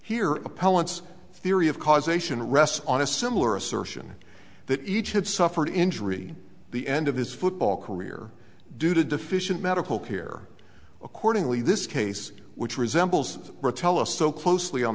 appellants theory of causation rests on a similar assertion that each had suffered injury the end of his football career due to deficient medical care accordingly this case which resembles rotella so closely on